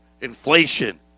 inflation